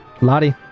Lottie